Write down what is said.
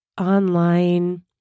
online